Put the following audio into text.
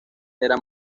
era